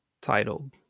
titled